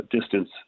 distance